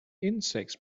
insects